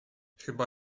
chyba